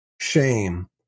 shame